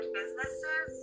businesses